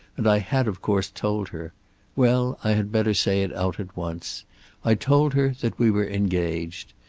and i had of course told her well i had better say it out at once i told her that we were engaged.